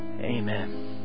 Amen